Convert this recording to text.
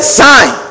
sign